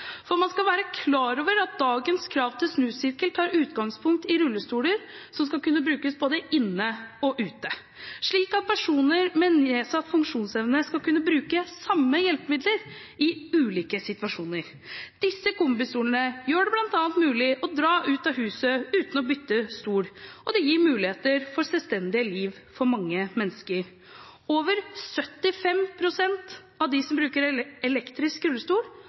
Man skal være klar over at dagens krav til snusirkel tar utgangspunkt i rullestoler som skal kunne brukes både inne og ute, slik at personer med nedsatt funksjonsevne skal kunne bruke samme hjelpemidler i ulike situasjoner. Disse kombistolene gjør det bl.a. mulig å dra ut av huset uten å bytte stol, og det gir muligheter for selvstendige liv for mange mennesker. Over 75 pst. av dem som bruker elektrisk